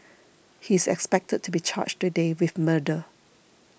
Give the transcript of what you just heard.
he is expected to be charged today with murder